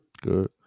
Good